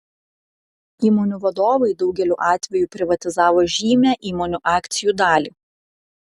įmonių vadovai daugeliu atveju privatizavo žymią įmonių akcijų dalį